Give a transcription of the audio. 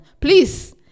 Please